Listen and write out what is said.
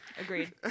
Agreed